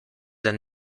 than